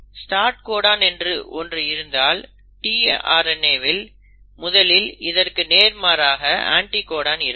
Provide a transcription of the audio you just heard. start codon என்று ஒன்று இருந்தால் tRNAவின் முதலில் இதற்கு நேர்மாறாக அண்டிகோடன் இருக்கும்